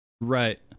Right